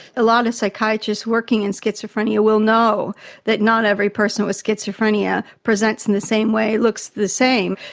a lot of psychiatrists working in schizophrenia will know that not every person with schizophrenia presents in the same way, looks the same.